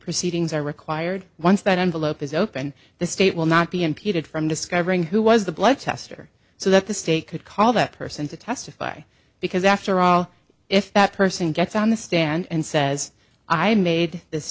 proceedings are required once that envelope is opened the state will not be impeded from discovering who was the blood test or so that the state could call that person to testify because after all if that person gets on the stand and says i made this